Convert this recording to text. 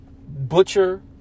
butcher